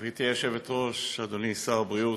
גברתי היושבת-ראש, אדוני שר הבריאות,